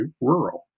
rural